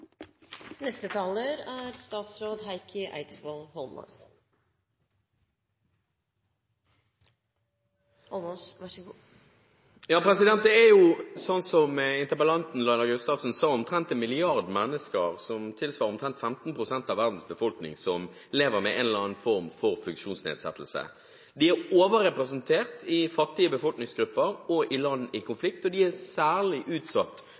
Det er, som interpellanten Laila Gustavsen sa, omtrent en milliard mennesker, noe som tilsvarer omtrent 15 pst. av verdens befolkning, som lever med en eller annen form for funksjonsnedsettelse. De er overrepresentert i fattige befolkningsgrupper og i land i konflikt, og de er særlig utsatt